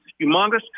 humongous